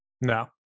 No